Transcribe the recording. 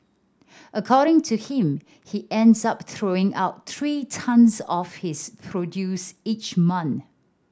according to him he ends up throwing out three tonnes of his produce each month